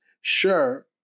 Sure